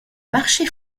marché